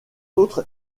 autres